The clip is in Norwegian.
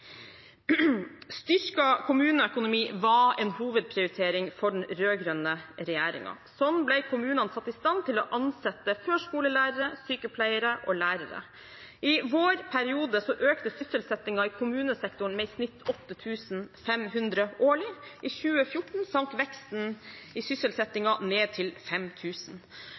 Styrket kommuneøkonomi var en hovedprioritering for den rød-grønne regjeringen. Sånn ble kommunene satt i stand til å ansette førskolelærere, sykepleiere og lærere. I vår periode økte sysselsettingen i kommunesektoren med i snitt 8 500 årlig. I 2014 sank veksten i